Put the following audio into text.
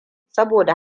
saboda